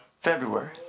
February